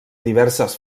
diverses